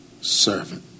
servant